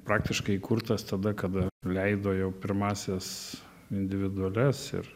praktiškai įkurtas tada kada leido jau pirmąsias individualias ir